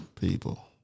People